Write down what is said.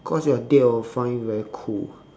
cause your date will find you very cool